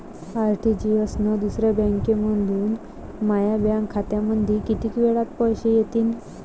RTGS न दुसऱ्या बँकेमंधून माया बँक खात्यामंधी कितीक वेळातं पैसे येतीनं?